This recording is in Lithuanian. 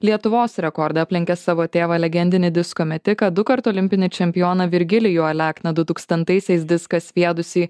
lietuvos rekordą aplenkė savo tėvą legendinį disko metiką dukart olimpinį čempioną virgilijų alekną du tūkstantaisiais diską sviedusį